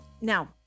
Now